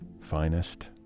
finest